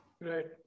right